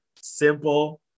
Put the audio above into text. simple